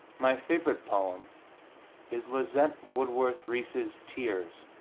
my favorite poem is lizette woodworth reese's tears,